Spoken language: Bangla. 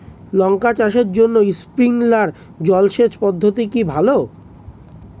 লঙ্কা চাষের জন্য স্প্রিংলার জল সেচ পদ্ধতি কি ভালো?